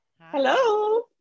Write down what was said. Hello